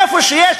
איפה שיש,